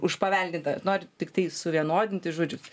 užpaveldinta nori tiktai suvienodinti žodžiu